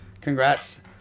congrats